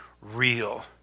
real